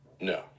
No